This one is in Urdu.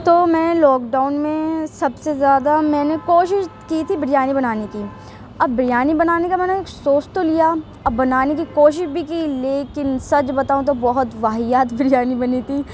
تو میں لاک ڈاؤن میں سب سے زیادہ میں نے کوشش کی تھی بریانی بنانے کی اب بریانی بنانے کا میں نے سوچ تو لیا اب بنانے کی کوشش بھی کی لیکن سچ بتاؤں تو بہت واہیات بریانی بنی تھی